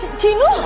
genie!